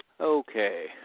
Okay